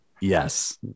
Yes